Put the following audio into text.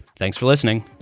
thanks for listening